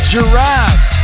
Giraffe